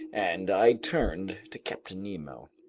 and i turned to captain nemo.